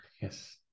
yes